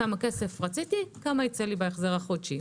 כמה כסף רציתי כמה יצא לי בהחזר החודשי.